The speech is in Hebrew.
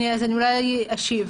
אני אולי אשיב.